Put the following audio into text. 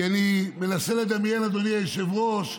כי אני מנסה לדמיין, אדוני היושב-ראש,